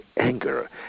anger